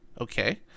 okay